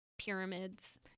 pyramids